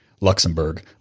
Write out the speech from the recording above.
Luxembourg